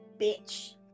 Bitch